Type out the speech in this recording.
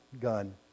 gun